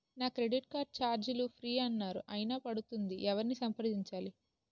నా credit card ఛార్జీలు free అన్నారు అయినా పడుతుంది ఎవరిని సంప్రదించాలి?